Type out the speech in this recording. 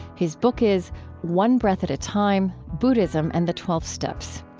his book is one breath at a time buddhism and the twelve steps.